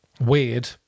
weird